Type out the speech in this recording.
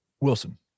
Wilson